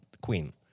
Queen